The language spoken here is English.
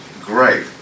great